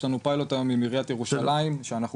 יש לנו פיילוט היום עם עיריית ירושלים שאנחנו